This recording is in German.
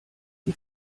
die